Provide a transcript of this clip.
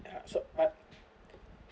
ya so my